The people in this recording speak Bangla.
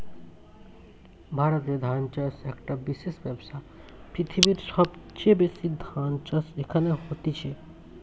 ভারতে ধান চাষ একটো বিশেষ ব্যবসা, পৃথিবীর সবচেয়ে বেশি ধান চাষ এখানে হতিছে